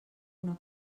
una